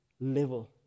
level